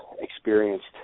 experienced